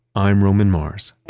i'm roman mars